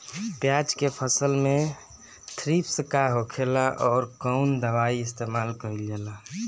प्याज के फसल में थ्रिप्स का होखेला और कउन दवाई इस्तेमाल कईल जाला?